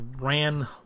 ran